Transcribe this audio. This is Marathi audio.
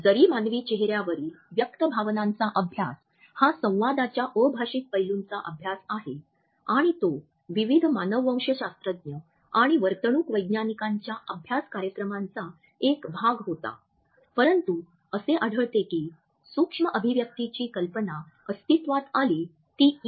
जरी मानवी चेहऱ्यावरील व्यक्त भावनांचा अभ्यास हा संवादाच्या अभाषिक पैलूंचा अभ्यास आहे आणि तो विविध मानववंशशास्त्रज्ञ आणि वर्तणूक वैज्ञानिकांच्या अभ्यास कार्यक्रमांचा एक भाग होता परंतु असे आढळते की सूक्ष्म अभिव्यक्तीची कल्पना अस्तित्वात आली ती इ